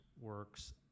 works